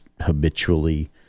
habitually